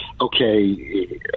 okay